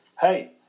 hey